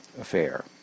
affair